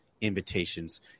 invitations